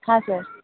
ಹಾಂ ಸರ್